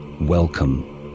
Welcome